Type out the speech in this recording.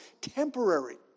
temporary